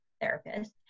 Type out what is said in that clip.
therapist